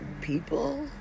people